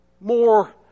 more